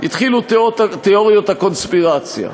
התחילו תיאוריות הקונספירציה,